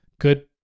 good